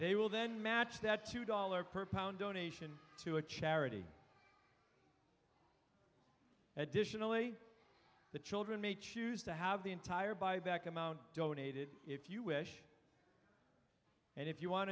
they will then match that two dollars per pound donation to a charity additionally the children may choose to have the entire buy back amount donated if you wish and if you want